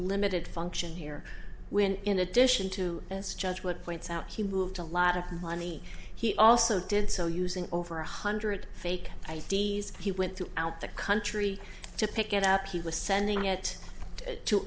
limited function here when in addition to his judgment points out he moved a lot of money he also did so using over one hundred fake i d s he went through out the country to pick it up he was sending it to